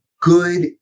good